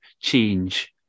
change